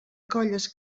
colles